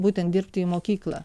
būtent dirbti į mokyklą